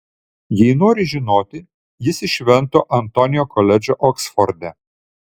jei nori žinoti jis iš švento antonio koledžo oksforde